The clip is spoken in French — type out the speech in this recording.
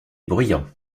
bruyants